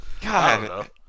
God